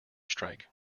strike